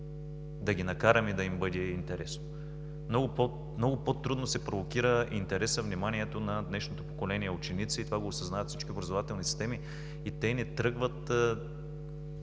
да ги накараме да им бъде интересно. Много по-трудно се провокира интересът, вниманието на днешното поколение ученици. Това го осъзнават всички образователни системи и те се променят,